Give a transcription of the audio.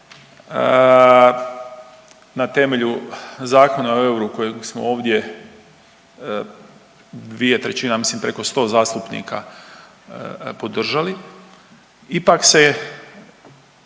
Na temelju Zakona o eura kojeg smo ovdje, 2/3, ja mislim preko 100 zastupnika podržali ipak se